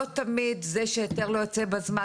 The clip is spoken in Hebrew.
לא תמיד זה שהיתר לא יוצא בזמן,